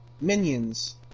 Minions